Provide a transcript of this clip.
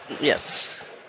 Yes